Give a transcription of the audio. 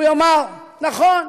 הוא יאמר: נכון,